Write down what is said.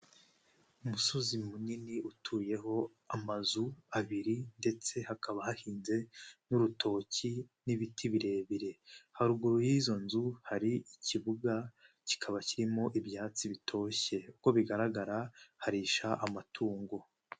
Umusozi munini utuyeho amazu abiri ndetse hakaba hahinze n'urutoki n'ibiti birebire, haruguru y'izo nzu, hari ikibuga kikaba kirimo ibyatsi bitoshye, uko bigaragara harisha amatungo.